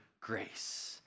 grace